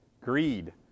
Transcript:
Greed